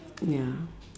ya